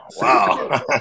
Wow